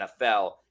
NFL